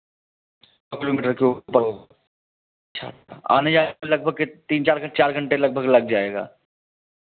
kilometre अच्छा आने जाने का लगभग कित तीन चार चार घंटे के लगभग लग जाएगा